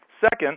Second